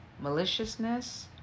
maliciousness